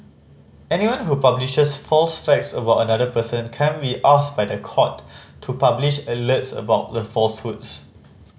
anyone who publishes false facts about another person can be asked by the court to publish alerts about the falsehoods